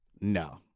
No